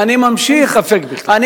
אין ספק בכלל.